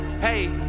hey